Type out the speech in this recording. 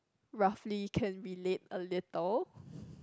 roughly can relate a little